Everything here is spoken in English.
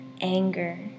anger